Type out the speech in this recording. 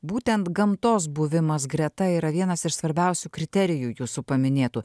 būtent gamtos buvimas greta yra vienas iš svarbiausių kriterijų jūsų paminėtų